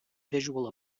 visual